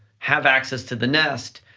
have access to the nest,